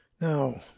Now